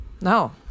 No